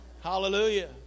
Hallelujah